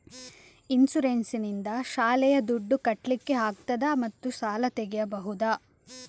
Insurance ನಿಂದ ಶಾಲೆಯ ದುಡ್ದು ಕಟ್ಲಿಕ್ಕೆ ಆಗ್ತದಾ ಮತ್ತು ಸಾಲ ತೆಗಿಬಹುದಾ?